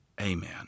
Amen